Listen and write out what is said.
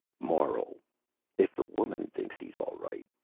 moral if the woman thinks he's all right,